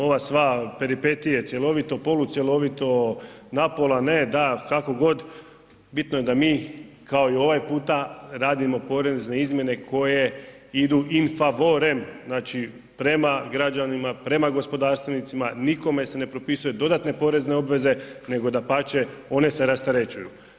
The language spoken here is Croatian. Ova sva peripetije, cjelovito, polu cjelovito, na pola, ne, da, kako god, bitno je da mi kao i ovaj puta radimo porezne izmjene koje idu in favorem, znači prema građanima, prema gospodarstvenim, nikome se ne propisuje dodatne porezne obveze, nego dapače one se rasterećuju.